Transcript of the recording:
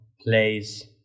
place